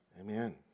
Amen